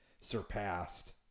surpassed